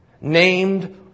named